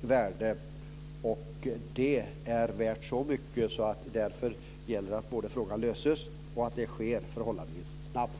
värde, och det är värt så mycket att det gäller att se till att frågan löses förhållandevis snabbt.